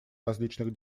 различных